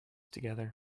together